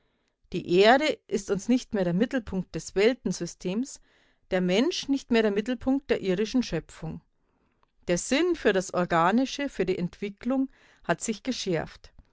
die erde ist uns nicht mehr der mittelpunkt des weltensystems der mensch nicht mehr der mittelpunkt der irdischen schöpfung der sinn für das organische für die entwicklung hat sich geschärft